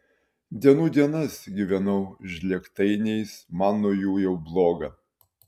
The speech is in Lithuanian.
dienų dienas gyvenau žlėgtainiais man nuo jų jau bloga